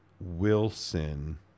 Wilson